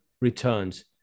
returns